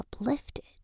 uplifted